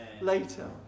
later